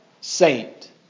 Saint